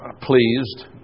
pleased